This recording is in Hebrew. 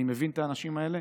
אני מבין את האנשים האלה.